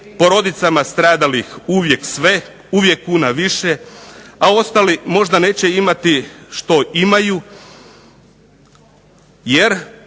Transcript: porodicama stradalih uvijek sve, uvijek kuna više, a ostali možda neće imati što imaju jer